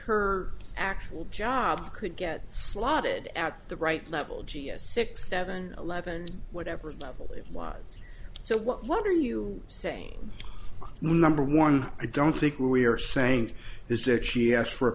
her actual job could get slotted at the right level g s six seven eleven whatever level it was so what are you saying number one i don't think we are saying this that she asked for a